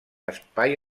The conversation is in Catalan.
espai